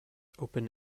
open